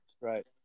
right